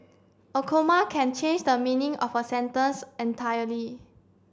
a comma can change the meaning of a sentence entirely